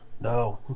No